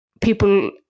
people